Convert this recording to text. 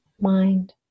mind